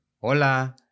Hola